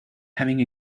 having